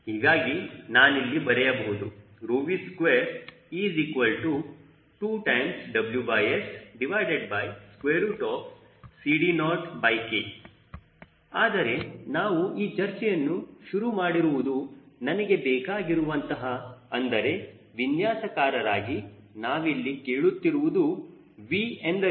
ಹೀಗಾಗಿ ನಾನಿಲ್ಲಿ ಬರೆಯಬಹುದು V22WSCD0K ಆದರೆ ನಾವು ಈ ಚರ್ಚೆಯನ್ನು ಶುರುಮಾಡಿರುವುದು ನನಗೆ ಬೇಕಾಗಿರುವಂತಹ ಅಂದರೆ ವಿನ್ಯಾಸಕಾರರಾಗಿ ನಾವಿಲ್ಲಿ ಕೇಳುತ್ತಿರುವುದು V ಎಂದರೇನು